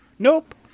Nope